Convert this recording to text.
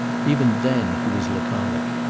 even then he was laconic,